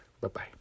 Bye-bye